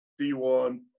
D1